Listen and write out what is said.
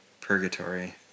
purgatory